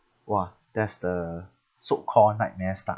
!wah! that's the so called nightmare start ah